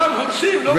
שם הורסים, לא בונים.